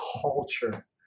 culture